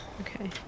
okay